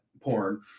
porn